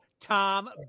Tom